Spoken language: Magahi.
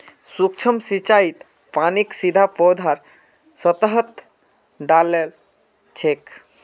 सूक्ष्म सिंचाईत पानीक सीधा पौधार सतहत डा ल छेक